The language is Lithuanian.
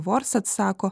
vorasts sako